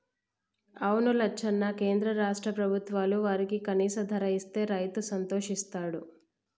అవును లచ్చన్న కేంద్ర రాష్ట్ర ప్రభుత్వాలు వారికి కనీస ధర ఇస్తే రైతు సంతోషిస్తాడు